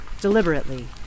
deliberately